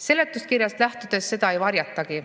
Seletuskirjast lähtudes seda ei varjatagi.